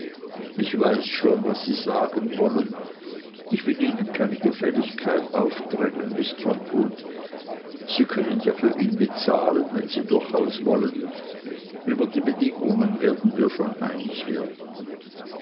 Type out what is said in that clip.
ich weiß schon was sie sagen wollen ich will ihnen keine gefälligkeit aufdrängen miß trotwood sie können ja für ihn bezahlen wenn sie durchaus wollen über die bedingungen werden wir schon einig werden